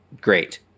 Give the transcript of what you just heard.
great